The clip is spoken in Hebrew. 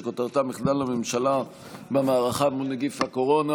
שכותרתה: מחדל הממשלה במערכה מול נגיף הקורונה.